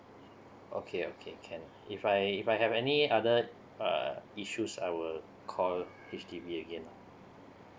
okay okay can if I if I have any other uh issues I will call H_D_B again ah